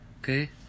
Okay